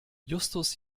justus